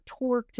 torqued